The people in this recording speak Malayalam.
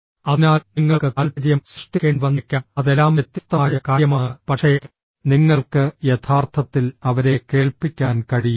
അതിനാൽ നിങ്ങൾക്ക് താൽപ്പര്യം സൃഷ്ടിക്കേണ്ടിവന്നേക്കാം അതെല്ലാം വ്യത്യസ്തമായ കാര്യമാണ് പക്ഷേ നിങ്ങൾക്ക് യഥാർത്ഥത്തിൽ അവരെ കേൾപ്പിക്കാൻ കഴിയില്ല